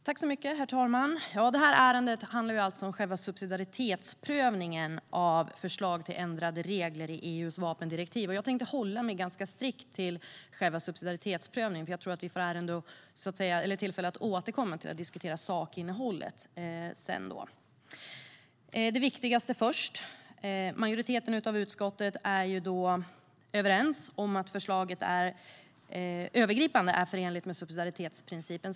Herr talman! Det här ärendet handlar alltså om subsidiaritetsprövningen av förslag till ändrade regler i EU:s vapendirektiv, och jag tänkte hålla mig ganska strikt till själva subsidiaritetsprövningen. Jag tror nämligen att vi får tillfälle att återkomma och diskutera sakinnehållet senare. Jag tar det viktigaste först. Majoriteten av utskottet är överens om att förslaget är övergripande förenligt med subsidiaritetsprincipen.